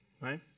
right